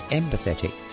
empathetic